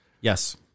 Yes